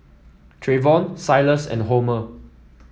Treyvon Silas and Homer